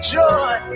joy